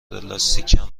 لاستیکم